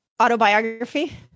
autobiography